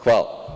Hvala.